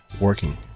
Working